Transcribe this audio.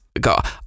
God